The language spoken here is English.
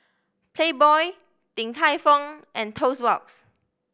Playboy Din Tai Fung and Toast Box